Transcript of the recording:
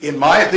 in my